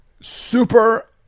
super